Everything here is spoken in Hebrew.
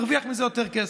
נרוויח מזה יותר כסף.